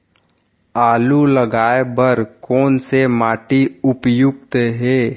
आलू लगाय बर कोन से माटी उपयुक्त हे?